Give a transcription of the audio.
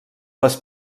les